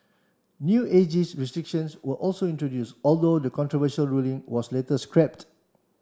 new ageist restrictions were also introduce although the controversial ruling was later scrapped